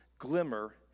glimmer